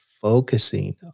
focusing